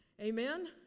Amen